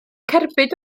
cerbyd